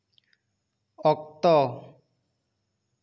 ᱚᱠᱛᱚ